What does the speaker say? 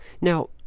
Now